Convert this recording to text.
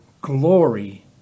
glory